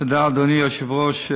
תודה, אדוני היושב-ראש.